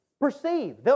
perceive